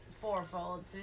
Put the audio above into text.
fourfold